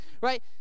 Right